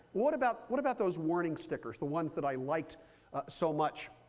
what about what about those warning stickers, the ones that i liked so much?